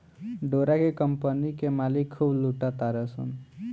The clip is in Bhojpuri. डोरा के कम्पनी के मालिक खूब लूटा तारसन